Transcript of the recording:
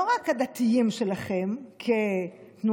לא רק האינטרסים הדתיים שלכם כתנועה